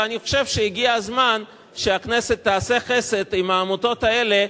ואני חושב שהגיע הזמן שהכנסת תעשה חסד עם העמותות האלה,